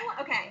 Okay